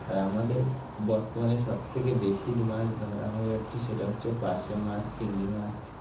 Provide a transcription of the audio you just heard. আর আমাদের বর্তমানে সবথেকে বেশি মাছ ধরা হয় হচ্ছে সেটা হচ্ছে পার্শে মাছ চিংড়ি মাছ